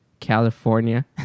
California